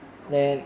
okay